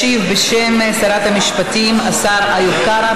ישיב, בשם שרת המשפטים, השר איוב קרא.